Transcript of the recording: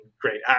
great